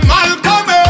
Malcolm